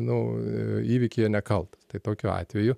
nu įvykyje nekaltas tai tokiu atveju